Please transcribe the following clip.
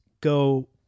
go